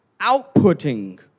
outputting